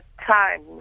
time